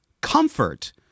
comfort